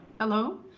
Hello